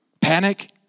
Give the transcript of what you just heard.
Panic